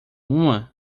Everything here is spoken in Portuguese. uma